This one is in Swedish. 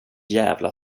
jävla